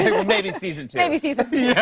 maybe season two. maybe season two.